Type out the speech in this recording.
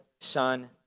Son